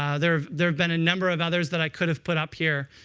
ah there there have been a number of others that i could have put up here.